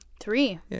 Three